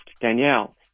Danielle